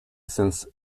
since